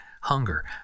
hunger